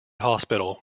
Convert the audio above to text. hospital